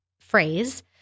phrase